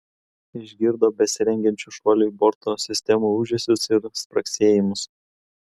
išgirdo besirengiančių šuoliui borto sistemų ūžesius ir spragsėjimus